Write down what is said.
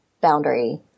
boundary